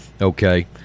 Okay